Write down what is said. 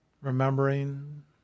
remembering